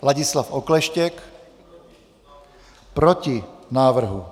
Ladislav Okleštěk: Proti návrhu.